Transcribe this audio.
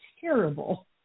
terrible